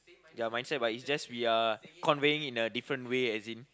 ya mindset but it's just we are conveying in a different way as in